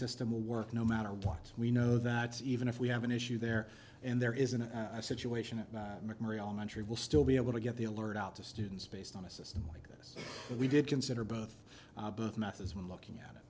system will work no matter what we know that even if we have an issue there and there isn't a situation at mcnairy elementary will still be able to get the alert out to students based on a system like this we did consider both methods when looking at